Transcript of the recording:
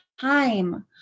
time